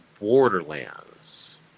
Borderlands